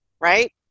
right